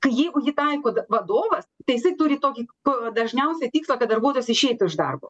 jeigu jį taiko vadovas tai jisai turi tokį ko dažniausiai tikslą kad darbuotojas išeitų iš darbo